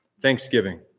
Thanksgiving